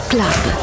Club